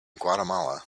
guatemala